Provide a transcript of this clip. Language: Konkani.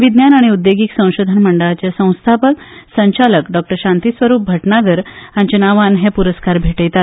विज्ञान आनी उद्देगीक संशोधन मंडळाचे संस्थापक संचालक डॉक्टर शांतीस्वरुप भटनागर हांचे नावांन हे पुरस्कार भेटयतात